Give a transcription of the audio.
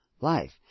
life